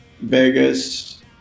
Vegas